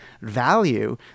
value